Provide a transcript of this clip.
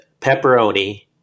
pepperoni